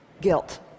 Guilt